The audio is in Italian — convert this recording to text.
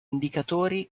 indicatori